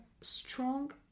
strong